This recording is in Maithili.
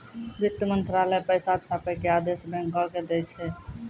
वित्त मंत्रालय पैसा छापै के आदेश बैंको के दै छै